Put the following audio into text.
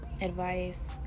advice